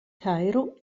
kairo